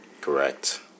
Correct